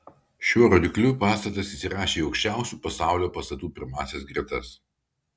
šiuo rodikliu pastatas įsirašė į aukščiausių pasaulio pastatų pirmąsias gretas